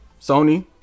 sony